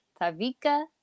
Tavika